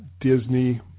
Disney